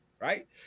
right